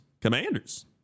Commanders